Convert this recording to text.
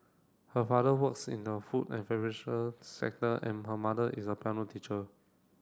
her father works in the food and sector and her mother is a piano teacher